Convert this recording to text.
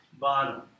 bottom